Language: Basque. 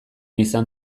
izan